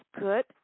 good